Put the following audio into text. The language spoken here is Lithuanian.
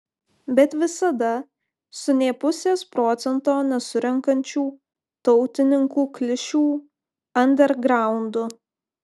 bet visada su nė pusės procento nesurenkančių tautininkų klišių andergraundu